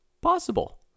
possible